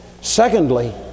Secondly